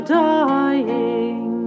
dying